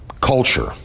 culture